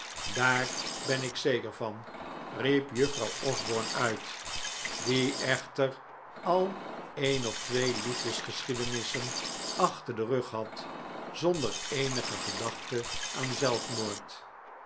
daar ben ik zeker van riep juffrouw osborne uit die echter al een of twee liefdesgeschiedenissen achter den rug had zonder eenige gedachte aan zelfmoord